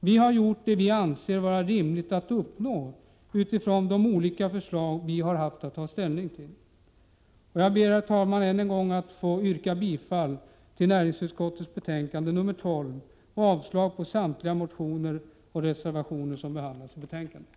Vi har gjort vad vi anser vara rimligt med utgångspunkt i de olika förslag som vi har haft att ta ställning till. Jag ber, herr talman, att än en gång få yrka bifall till hemställan i näringsutskottets betänkande 12 och avslag på samtliga motioner och reservationer som behandlas i betänkandet.